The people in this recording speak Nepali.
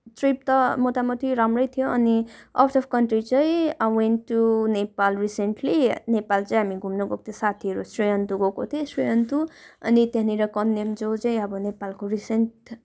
ट्रिप त मोटामोटी राम्रै थियो अनि आउट अफ् कन्ट्री चाहिँ I went to Nepal recently Nepal चाहिँ हामी घुम्न गएको थियो साथीहरू श्रीयन्तु गएको थियो श्रीयन्तु अनि त्यहाँनिर कन्याम जो चाहिँ अब नेपालको रिसेन्ट